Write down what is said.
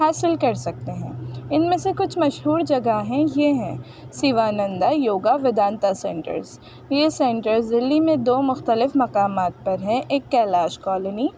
حاصل کر سکتے ہیں ان میں سے کچھ مشہور جگہیں یہ ہیں سیوانندا یوگا ویدانتا سینٹرز یہ سینٹرز دلی میں دو مختلف مقامات پر ہیں ایک کیلاش کالونی